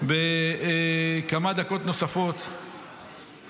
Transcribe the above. כמה דקות נוספות